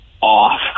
off